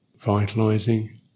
vitalizing